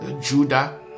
Judah